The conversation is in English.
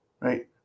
right